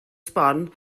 sbon